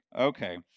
Okay